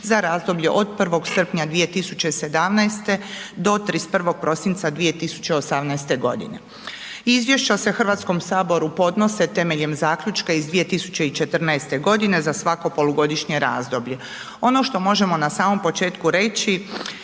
za razdoblje od 1. srpnja 2017. do 31. prosinca 2018. godine. Izvješća se Hrvatskom saboru podnose temeljem zaključka iz 2014. godine za svako polugodišnje razdoblje. Ono što možemo na samom početku reći